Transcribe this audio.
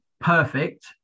perfect